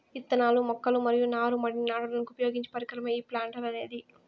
ఇత్తనాలు, మొక్కలు మరియు నారు మడిని నాటడానికి ఉపయోగించే పరికరమే ఈ ప్లాంటర్ అనేది